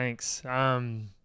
thanks